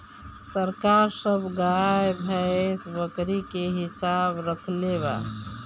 सरकार सब गाय, भैंस, बकरी के हिसाब रक्खले बा